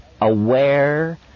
aware